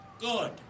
good